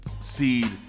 seed